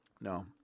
No